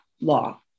law